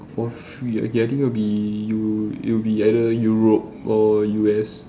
for free I think will be Eu~ it would be either Europe or U_S